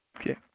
Okay